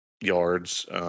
yards